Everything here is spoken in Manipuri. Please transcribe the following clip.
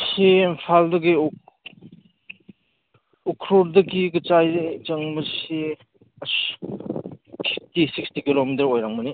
ꯑꯁꯤ ꯏꯝꯐꯥꯜꯗꯒꯤ ꯎꯈ꯭ꯔꯨꯜꯗꯒꯤ ꯀꯆꯥꯏ ꯆꯪꯕꯁꯤ ꯑꯁ ꯐꯤꯞꯇꯤ ꯁꯤꯛꯁꯇꯤ ꯀꯤꯂꯣꯃꯤꯇꯔ ꯑꯣꯏꯔꯝꯒꯅꯤ